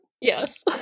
Yes